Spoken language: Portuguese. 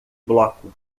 bloco